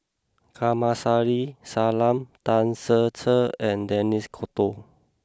Kamsari Salam Tan Ser Cher and Denis D'Cotta